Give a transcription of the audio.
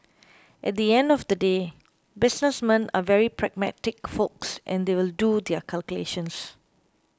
at the end of the day businessmen are very pragmatic folks and they'll do their calculations